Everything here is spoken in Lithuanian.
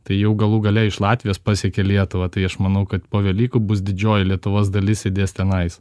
tai jau galų gale iš latvijos pasiekė lietuvą tai aš manau kad po velykų bus didžioji lietuvos dalis sėdės tenais